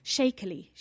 Shakily